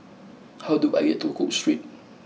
how do I get to Cook Street